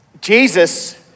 Jesus